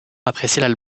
apprécier